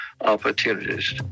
opportunities